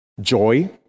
joy